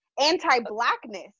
Anti-blackness